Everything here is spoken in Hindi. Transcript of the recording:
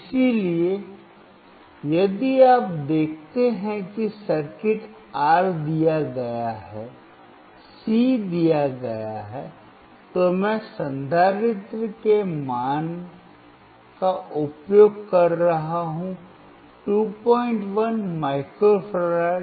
इसलिए यदि आप देखते हैं कि सर्किट R दिया गया है C दिया गया है तो मैं संधारित्र के मान का उपयोग कर रहा हूँ 21 माइक्रो फराड